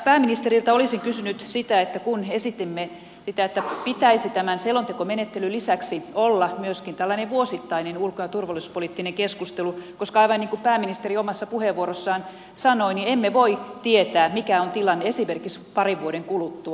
pääministeriltä olisin kysynyt siitä kun esitimme sitä että pitäisi tämän selontekomenettelyn lisäksi olla myöskin tällainen vuosittainen ulko ja turvallisuuspoliittinen keskustelu koska aivan niin kuin pääministeri omassa puheenvuorossaan sanoi emme voi tietää mikä on tilanne esimerkiksi parin vuoden kuluttua